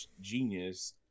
genius